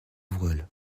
voile